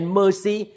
mercy